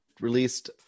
released